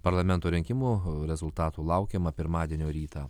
parlamento rinkimų rezultatų laukiama pirmadienio rytą